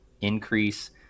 increase